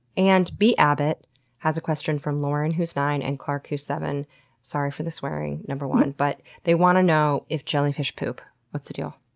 and abbott has a question from lauren who's nine and clark who's seven sorry for the swearing, number one. but they want to know if jellyfish poop. what's the deal?